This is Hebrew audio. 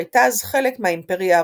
שהייתה אז חלק מהאימפריה הרוסית.